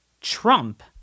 Trump